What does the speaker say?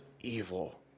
evil